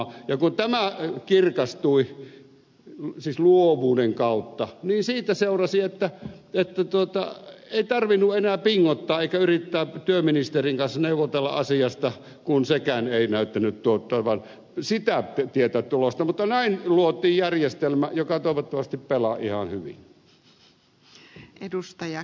ja kun tämä kirkastui siis luovuuden kautta niin siitä seurasi että ei tarvinnut enää pingottaa eikä yrittää työministerin kanssa neuvotella asiasta kun sekään ei näyttänyt tuottavan sitä tietä tulosta mutta näin luotiin järjestelmä joka toivottavasti pelaa ihan hyvin